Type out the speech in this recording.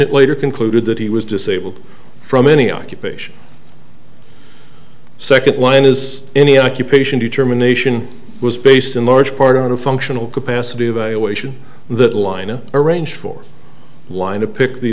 it later concluded that he was disabled from any occupation second line is any occupation determination was based in large part on a functional capacity evaluation that line arrange for line a pick the